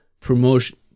promotion